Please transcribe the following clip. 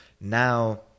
now